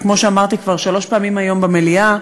וכמו שאמרתי כבר שלוש פעמים היום במליאה,